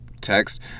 text